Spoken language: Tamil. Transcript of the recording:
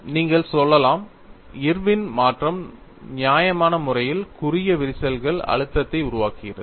நீங்கள் சொல்லலாம் இர்வின் மாற்றம் நியாயமான முறையில் குறுகிய விரிசல்களில் அழுத்தத்தை உருவாக்குகிறது